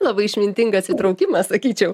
labai išmintingas įtraukimas sakyčiau